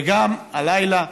וגם הלילה,